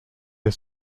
les